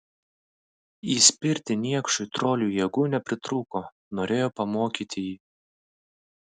įspirti niekšui troliui jėgų nepritrūko norėjo pamokyti jį